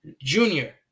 Junior